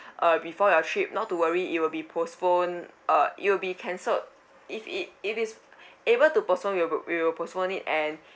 uh before your trip not to worry it will be postponed uh it'll be cancelled if it if it's able to postpone we will we will postpone it and